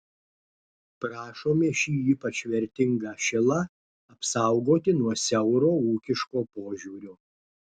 prašome šį ypač vertingą šilą apsaugoti nuo siauro ūkiško požiūrio